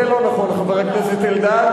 זה לא נכון, חבר הכנסת אלדד.